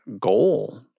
goal